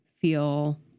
feel